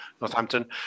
Northampton